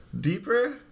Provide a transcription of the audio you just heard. Deeper